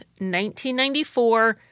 1994